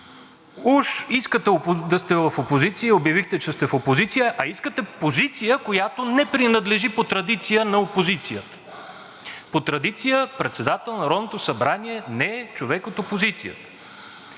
Уж искате да сте в опозиция и обявихте, че сте в опозиция, а искате позиция, която не принадлежи по традиция на опозицията. По традиция председател на Народното събрание не е човек от опозицията.